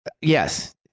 Yes